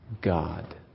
God